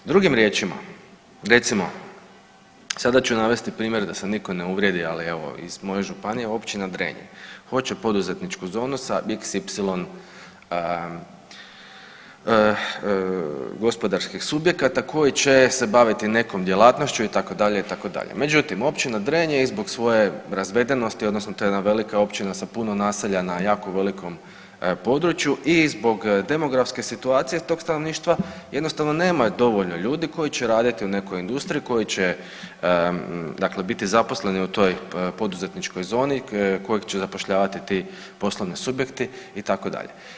Drugim riječima, recimo sada ću navesti primjer da se niko ne uvrijedi, ali evo iz moje županije općina Drenje, hoće poduzetničku domu sa xy gospodarskih subjekata koji će se baviti nekom djelatnošću itd., itd. međutim općina Drenje i zbog svoje razvedenosti odnosno to je jedna velika općina sa puno naselja na jako velikom području i zbog demografske situacije tog stanovništva jednostavno nema dovoljno ljudi koji će raditi u nekoj industriji, koji će biti zaposleni u toj poduzetničkoj zoni koje će zapošljavati ti poslovni subjekti itd.